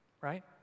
Right